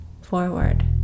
forward